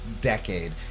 decade